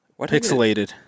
pixelated